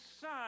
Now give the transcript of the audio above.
son